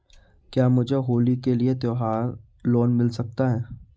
क्या मुझे होली के लिए त्यौहार लोंन मिल सकता है?